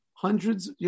hundreds